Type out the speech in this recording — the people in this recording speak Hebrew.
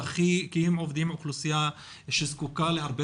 כי הם עובדים עם אוכלוסייה שזקוקה להרבה